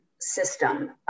system